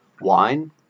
wine